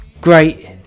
great